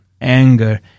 anger